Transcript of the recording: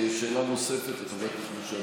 שאלה נוספת לחבר הכנסת משה